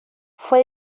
fue